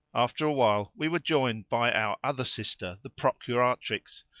after a while we were joined by our other sister, the procuratrix,